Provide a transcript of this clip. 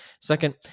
Second